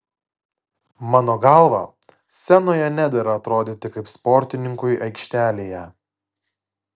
mano galva scenoje nedera atrodyti kaip sportininkui aikštelėje